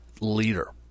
leader